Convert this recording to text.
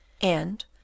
and